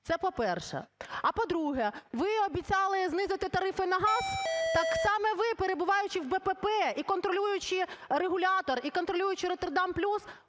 Це по-перше. А, по-друге, ви обіцяли знизити тарифи на газ? Так саме ви, перебуваючи в БПП і контролюючи регулятор, і контролюючи "Роттердам плюс",